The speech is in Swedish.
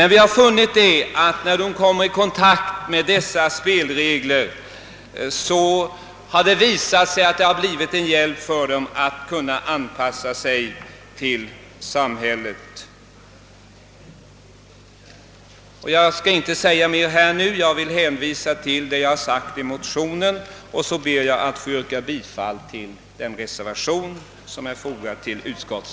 När ungdomar kommit i kontakt med de kristna spelreglerna har det visat sig att dessa blivit till hjälp för dem att kunna anpassa sig till samhället. Jag skall inte säga mer nu utan hänvisar till det jag har sagt i motionen. Jag ber att få yrka bifall till den reservation som är fogad till utlåtandet.